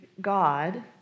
God